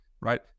right